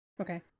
Okay